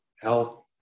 health